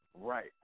Right